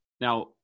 now